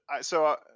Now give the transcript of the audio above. so-